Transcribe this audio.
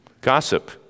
Gossip